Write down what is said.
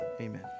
amen